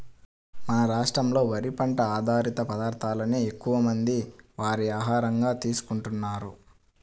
మన రాష్ట్రంలో వరి పంట ఆధారిత పదార్ధాలనే ఎక్కువమంది వారి ఆహారంగా తీసుకుంటున్నారు